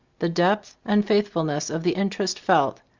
the depth and faithfulness of the interest felt,